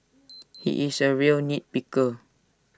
he is A real nit picker